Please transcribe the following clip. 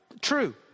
true